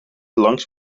langs